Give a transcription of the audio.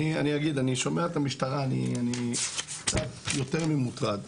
אני שומע את המשטרה ואני קצת יותר ממוטרד,